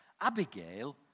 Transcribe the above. Abigail